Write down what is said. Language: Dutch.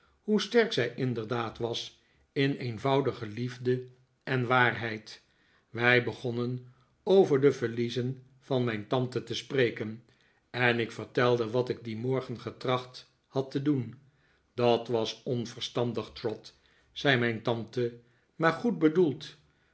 hoe sterk zij inderdaad was in eenvoudige liefde en waarheid wij begonnen over de verliezen van mijn tante te spreken en ik vertelde wat ik dien morgeh getracht had te doen dat was onverstandig trot zei mijn tante maar goed bedoeld